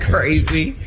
Crazy